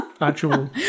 Actual